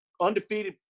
undefeated